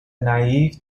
naive